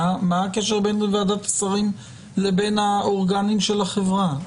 מה הקשר בין ועדת השרים לבין האורגנים של החברה?